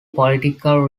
political